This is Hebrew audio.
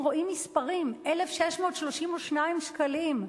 הם רואים מספרים: 1,632 שקלים,